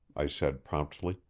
i said promptly,